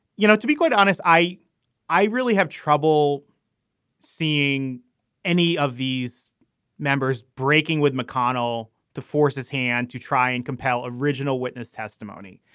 you know, to be quite honest, i i really have trouble seeing any of these members breaking with mcconnell to force his hand to try and compel original witness testimony.